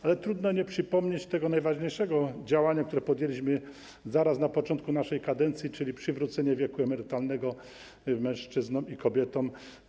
Ale trudno nie przypomnieć najważniejszego działania, które podjęliśmy zaraz na początku naszej kadencji, czyli przywrócenia wieku emerytalnego mężczyznom i kobietom.